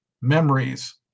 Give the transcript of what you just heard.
memories